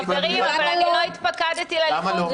חברים, אני לא התפקדתי לליכוד.